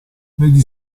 negli